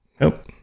Nope